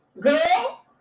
Girl